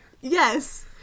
Yes